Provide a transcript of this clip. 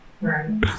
Right